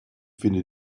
finde